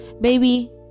baby